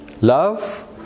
Love